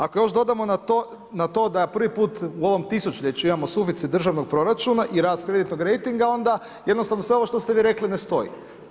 Ako još dodamo na to da prvi put u ovom tisućljeću imamo suficit državnog proračuna i rast kreditnog rejtinga onda jednostavno sve ovo što ste vi rekli ne stoji.